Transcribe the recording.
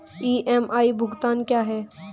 EMI भुगतान क्या है?